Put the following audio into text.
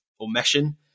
omission